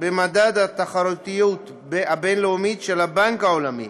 במדד התחרותיות הבין-לאומית של הבנק העולמי